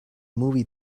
movie